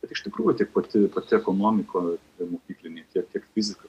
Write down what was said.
bet iš tikrųjų tai pati pati ekonomika mokyklinė tiek fizika